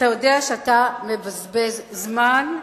אתה יודע שאתה מבזבז זמן,